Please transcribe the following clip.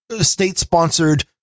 state-sponsored